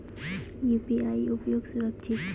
UPI उपयोग सुरक्षित छै?